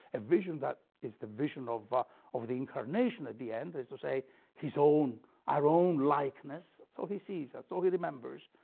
a vision that is the vision of ah of the incarnation at the end. that is to say his own our own likeness, that's all he sees, that's all he remembers,